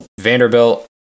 Vanderbilt